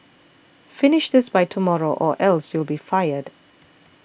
finish this by tomorrow or else you'll be fired